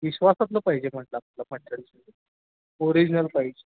विश्वासातलं पाहिजे म्हटलं आपलं ओरिजनल पाहिजे